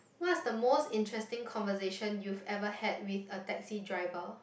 what is the most interesting conversation you've ever had with a taxi driver